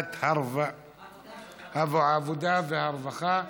לוועדת העבודה והרווחה.